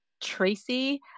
Tracy